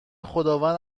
خداوند